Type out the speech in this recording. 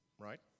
right